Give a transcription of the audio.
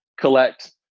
collect